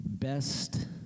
Best